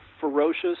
ferocious